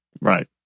Right